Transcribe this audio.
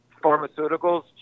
pharmaceuticals